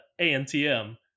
ANTM